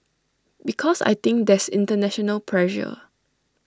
because I think there's International pressure